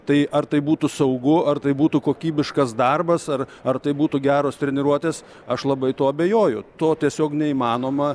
tai ar tai būtų saugu ar tai būtų kokybiškas darbas ar ar tai būtų geros treniruotės aš labai tuo abejojo to tiesiog neįmanoma